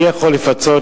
מי יכול לפצות,